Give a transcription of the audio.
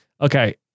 Okay